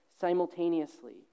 simultaneously